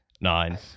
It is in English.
Nine